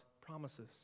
promises